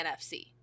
nfc